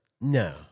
No